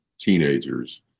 teenagers